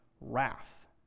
wrath